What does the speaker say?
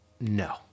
No